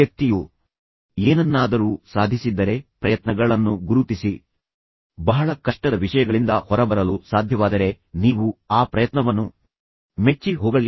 ವ್ಯಕ್ತಿಯು ಏನನ್ನಾದರೂ ಸಾಧಿಸಿದ್ದರೆ ಪ್ರಯತ್ನಗಳನ್ನು ಗುರುತಿಸಿ ವ್ಯಕ್ತಿಯನ್ನು ಹೊಗಳಿ ಮತ್ತು ವ್ಯಕ್ತಿಯು ಕೆಲವು ಬಹಳ ಕಷ್ಟದ ವಿಷಯಗಳಿಂದ ಹೊರಬರಲು ಸಾಧ್ಯವಾದರೆ ನೀವು ಆ ಪ್ರಯತ್ನವನ್ನುಮೆಚ್ಚಿ ಹೊಗಳಿ